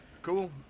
cool